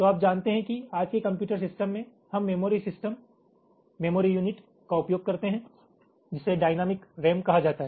तो आप जानते हैं कि आज के कंप्यूटर सिस्टम में हम मेमोरी सिस्टम मेमोरी यूनिट का उपयोग करते हैं जिसे डायनेमिक रैम कहा जाता है